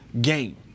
game